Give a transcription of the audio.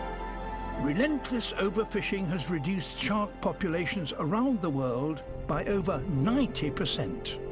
relentless overfishing has reduced shark populations around the world by over ninety percent.